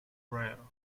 rare